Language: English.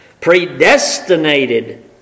predestinated